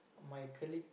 my colleague